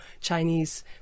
Chinese